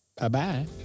Bye-bye